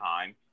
time